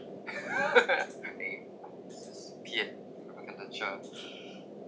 eh P_A from Prudential